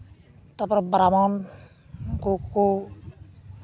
ᱛᱟᱨᱯᱚᱨᱮ ᱵᱨᱟᱢᱚᱱ ᱩᱱᱠᱩ ᱠᱚ